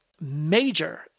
major